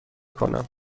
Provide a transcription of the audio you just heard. کنم